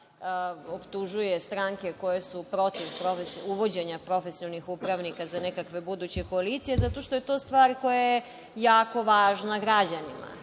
optužuje stranke koje su protiv uvođenja profesionalnih upravnika za nekakve buduće koalicije, zato što je to stvar koja je jako važna građanima.